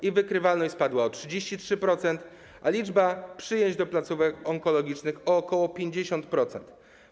Ich wykrywalność spadła o 33%, a liczba przyjęć do placówek onkologicznych - o ok. 50%.